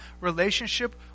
relationship